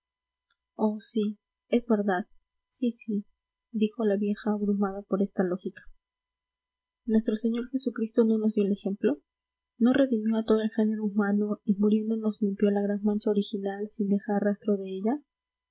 sí es verdad sí sí dijo la vieja abrumada por esta lógica nuestro señor jesucristo no nos dio el ejemplo no redimió a todo el género humano y muriendo nos limpió la gran mancha original sin dejar rastro de ella